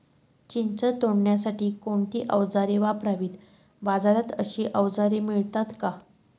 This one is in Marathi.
चिंच तोडण्यासाठी कोणती औजारे वापरावीत? बाजारात अशी औजारे मिळतात का?